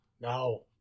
No